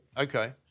Okay